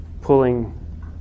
Pulling